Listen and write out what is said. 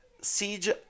Siege